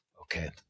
Okay